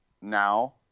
now